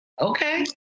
Okay